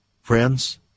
Friends